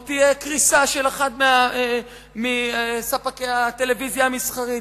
או תהיה קריסה של אחד מספקי הטלוויזיה המסחרית.